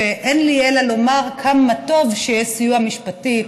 ואין לי אלא לומר: כמה טוב שיש סיוע משפטי,